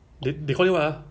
so